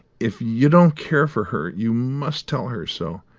if you don't care for her, you must tell her so,